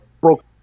broke